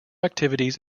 activities